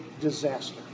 disaster